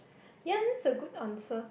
ya that's a good answer